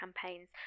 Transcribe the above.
campaigns